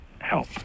help